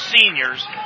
seniors